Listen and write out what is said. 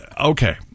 Okay